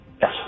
Yes